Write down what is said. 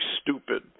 stupid